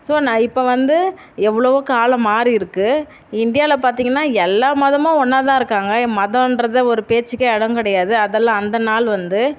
so நான் இப்போ வந்து எவ்வளவோ காலம் மாறி இருக்குது இந்தியாவில் பார்த்தீங்கன்னா எல்லா மதமும் ஒன்னாக தான் இருக்காங்க மதன்றதே ஒரு பேச்சுக்கே இடம் கிடையாது அதெல்லாம் அந்த நாள் வந்து